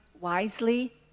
wisely